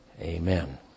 Amen